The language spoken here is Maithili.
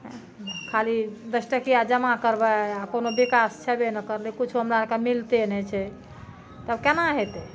एह खाली दस टकिया जमा करबै आ कोनो विकास छेबे नहि करलै किछो हमरा आरके मिलते नहि छै तब केना हेतै